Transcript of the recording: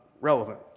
relevant